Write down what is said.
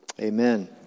amen